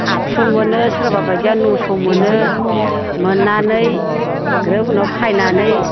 आठस' मोनो सोरबा बायदिया नयस' मोनो मोननानै ग्रोब उनाव फायनानै